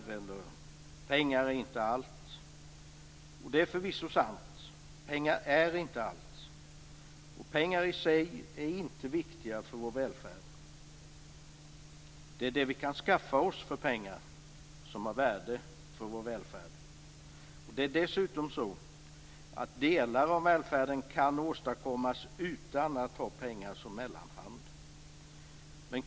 eller "Pengar är inte allt." Det är förvisso sant - pengar är inte allt. Pengar i sig är inte viktiga för vår välfärd. Det är det som vi kan skaffa oss för pengar som har värde för vår välfärd. Det är dessutom så att delar av välfärden kan åstadkommas utan att ha pengar som mellanhand.